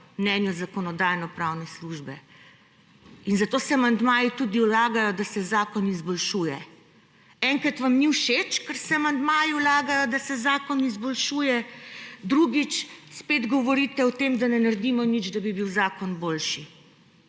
mnenju Zakonodajno-pravne službe. In zato se amandmaji tudi vlagajo, da se zakon izboljšuje. Enkrat vam ni všeč, ker se amandmaji vlagajo, da se zakon izboljšuje, drugič spet govorite o tem, da ne naredimo nič, da bi bil zakon boljši.